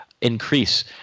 increase